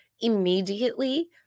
immediately